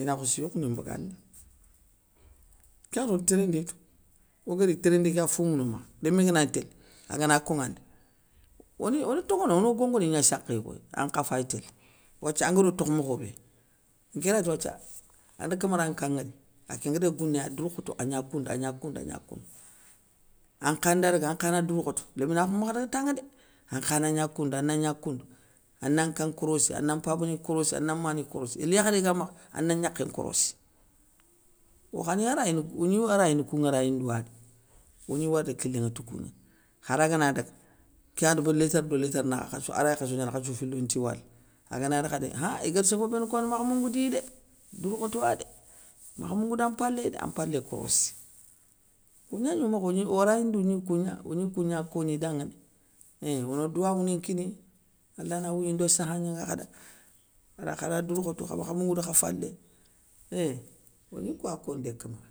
ina khossi yokini mbagandi, kéyani onti téréndé tou, ogari téréndé, kéga foumouno makha, lémé ngana gni télé agana konŋanda, oni one toŋonoa ono gongoni gna sakhéy koy, ankha fay télé, wathia anguéro tokh mokhobé nké rati wathia ane camara nka nŋwori akén nga daga gouné a dourkhoto agna koundou agna koundou agna koundou, ankha nda daga ankha na dourkhoto, léminakhou makha daga tanŋa dé, ankha na gna koundou ana gna koundou, ana nkan nkorossi ana mpabani korossi, ana mani korossi, yéli yakharé ga makha ana gnakhé nkorossi, okhani arayini kou oni arayini koun ŋarayindoua dé, oni warne do kilé nŋa ti kougna, khara gana daga, kéyani do létare do létare nakha khasso aray khasso gnana khassou fili onti wala, aganari khadi, khan igar sofo béni kowane makh moungou diye dé, dourkhotoadé, makha moungou dan mpaléy dé, an mpalé korossi kou gnagno ogni o arayindou gni kougna ognikougna koni danŋadé heinnn, ono douwawouni nkini, allah na wouyi ndo sakha gnaŋa khada, khana douroukhoto khamakha moungou do kha falé, heinn ogni kouwa kono dé camara ké.